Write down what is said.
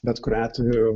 bet kuriuo atveju